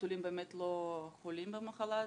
חתולים באמת לא חולים במחלה הזאת,